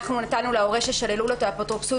אנחנו נתנו להורה ששללו לו את האפוטרופסות